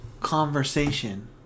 conversation